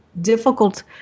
difficult